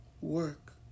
Work